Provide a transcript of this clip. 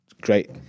great